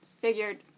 Figured